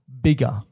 bigger